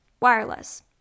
wireless